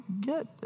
get